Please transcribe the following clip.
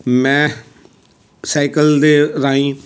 ਮੈਂ ਸਾਈਕਲ ਦੇ ਰਾਹੀਂ